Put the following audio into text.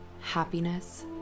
happiness